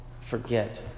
forget